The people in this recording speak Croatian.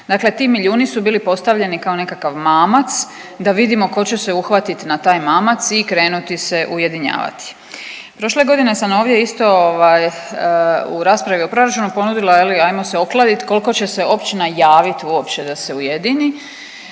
Dakle, ti milijuni su bili postavljeni kao nekakav mamac da vidimo ko će se uhvatit na taj mamac i krenuti se ujedinjavati. Prošle godine sam ovdje isto ovaj u raspravi o proračunu ponudila je li ajmo se okladit kolko će se općina javit uopće da se ujedini,